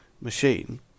machine